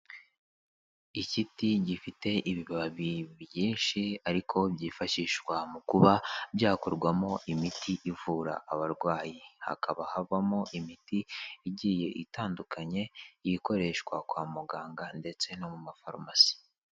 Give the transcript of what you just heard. Igiti gifite ibibabi byinshi ariko byifashishwa mu kuba byakorwamo imiti ivura abarwayi, hakaba havamo imiti igiye itandukanye, ikoreshwa kwa muganga ndetse no mu mafarumasi.